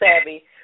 savvy